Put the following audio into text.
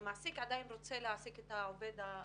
והמעסיק עדיין רוצה להעסיק את העובד הפלסטיני.